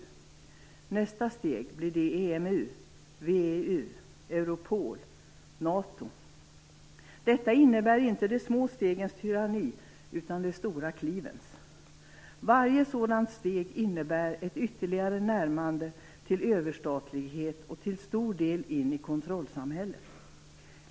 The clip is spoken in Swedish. Blir nästa steg EMU, VEU, Europol eller NATO? Detta innebär inte de små stegens tyranni utan de stora klivens. Varje sådant steg innebär ett ytterligare närmande till överstatlighet och till stor del in i kontrollsamhället.